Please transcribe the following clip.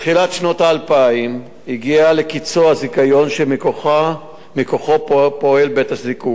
בתחילת שנות האלפיים הגיע לקצו הזיכיון שמכוחו פעל בית-הזיקוק,